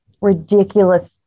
ridiculous